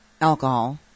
alcohol